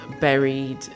buried